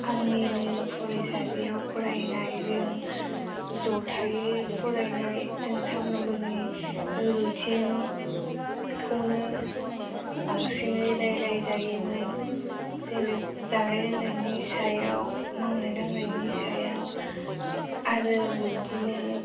आंनिनो फरायसालियाव फरायनाय जों जथायै फरायनाय जों सानफ्रामबोनि रुथिनखौनो बांसिनै रायलाय जायोमोन जेरै जानाय लोंनायनि सायाव मावनाय दांनायनि सायाव आरो बिदिनो